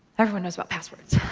everyone knows about passwords.